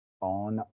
on